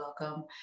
welcome